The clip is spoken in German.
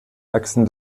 achsen